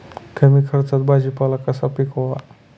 कमी खर्चात भाजीपाला कसा पिकवावा?